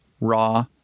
raw